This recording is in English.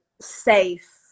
safe